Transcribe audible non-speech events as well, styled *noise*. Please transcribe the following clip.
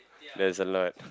*noise* there's a lot